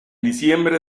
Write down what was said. diciembre